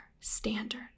standard